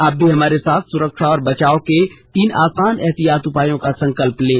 आप भी हमारे साथ सुरक्षा और बचाव के तीन आसान एहतियाती उपायों का संकल्प लें